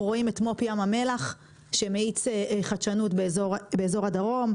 אנחנו רואים את מו"פ ים המלח שמאיץ חדשנות באזור הדרום,